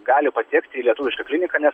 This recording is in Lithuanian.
gali patekti į lietuvišką kliniką nes